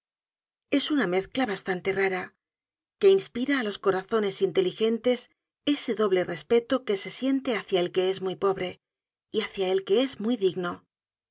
es una mezcla bastante rara que inspira á los corazones inteligentes ese doble respeto que se siente hácia el que es muy pobre y hácia el que es muy digno